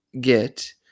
get